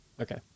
Okay